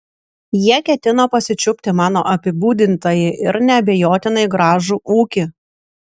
jie ketino pasičiupti mano apibūdintąjį ir neabejotinai gražų ūkį